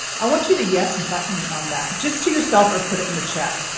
i want you to, yes, but me on that, just to yourself or put it in the chat.